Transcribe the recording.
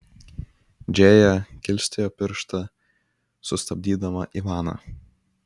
džėja kilstelėjo pirštą sustabdydama ivaną